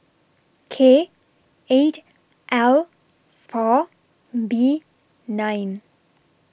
K eight L four B nine